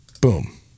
boom